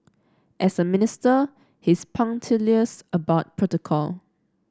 as a minister he's punctilious about protocol